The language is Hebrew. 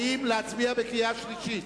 האם להצביע בקריאה שלישית?